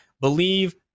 believe